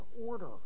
order